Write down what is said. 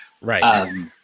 Right